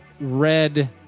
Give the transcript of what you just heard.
red